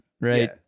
right